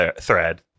thread